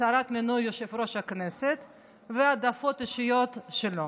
לסערת מינוי יושב-ראש הכנסת וההעדפות האישיות שלו.